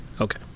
Okay